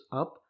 up